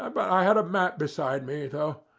ah but i had a map beside me though,